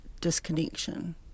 disconnection